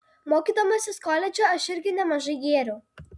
mokydamasis koledže aš irgi nemažai gėriau